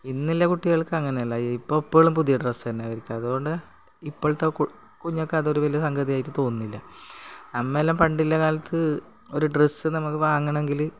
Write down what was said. ഇന്നില്ല കുട്ടികൾക്ക് അങ്ങനെയല്ല ഇപ്പം എപ്പോഴും പുതിയ ഡ്രസ്സ് തന്നെ അതുകൊണ്ട് ഇപ്പോഴത്തെ കുഞ്ഞൊക്കെ അതൊക്കെ വലിയ സംഗതിയായിട്ട് തോന്നുന്നില്ല അന്നെല്ലാം പണ്ടില്ല കാലത്ത് ഒരു ഡ്രസ്സ് നമ്മൾ വാങ്ങണമെങ്കിൽ